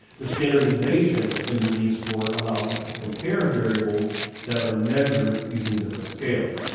the standardization in the z-score allows us to compare variables that are measured using different scales.